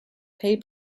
pay